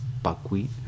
buckwheat